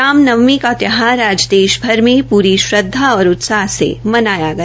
रामनवमी का त्यौहार आज देशभर मे पूरी श्रद्धा और उत्साह से मनाया गया